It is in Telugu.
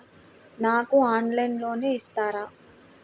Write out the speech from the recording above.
నాకు ఆన్లైన్లో లోన్ ఇస్తారా?